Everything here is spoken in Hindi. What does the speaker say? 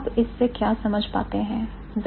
आप इससे क्या समझ पाते हैं